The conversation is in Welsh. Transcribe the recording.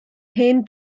hen